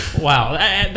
Wow